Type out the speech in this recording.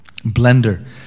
blender